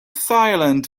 silent